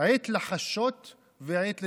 עת לחשות ועת לדבר.